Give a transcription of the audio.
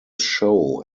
show